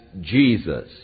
Jesus